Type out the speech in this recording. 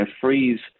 freeze